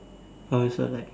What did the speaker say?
I also like